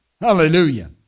Hallelujah